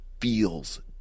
feels